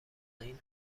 این